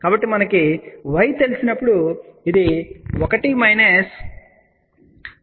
కాబట్టి మనకు y తెలిసినప్పుడు ఇది 1 j 2